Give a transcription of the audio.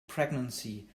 pregnancy